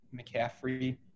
McCaffrey